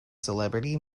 celebrity